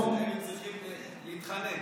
היינו צריכים להתחנן.